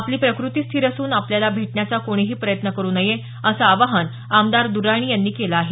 आपली प्रकृती स्थिर असून आपल्याला भेटण्याचा कोणीही प्रयत्न करू नये असं आवाहन आमदार दर्राणी यांनी केलं आहे